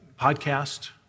podcast